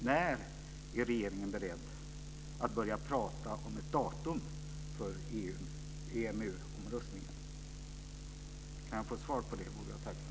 När är regeringen beredd att börja prata om ett datum för EMU-omröstningen? Kan jag få ett svar på det vore jag tacksam.